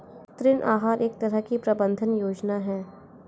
ऋण आहार एक तरह की प्रबन्धन योजना है